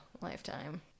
Lifetime